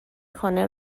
کنه